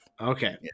Okay